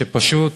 ופשוט,